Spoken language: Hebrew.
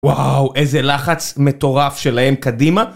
וואו איזה לחץ מטורף שלהם קדימה